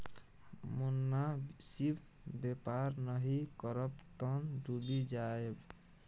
मोनासिब बेपार नहि करब तँ डुबि जाएब